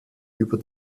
über